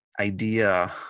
idea